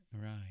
Right